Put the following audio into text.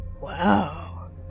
Wow